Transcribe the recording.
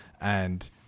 And-